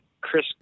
Chris